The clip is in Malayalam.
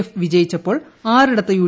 എഫ് വിജയിച്ചപ്പോൾ ആറിടത്ത് യൂ